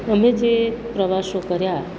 અમે જે પ્રવાસો કર્યા